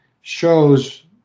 shows